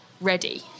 ready